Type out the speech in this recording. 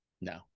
no